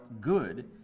good